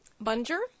bunger